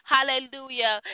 Hallelujah